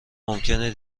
ممکنه